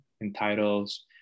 entitles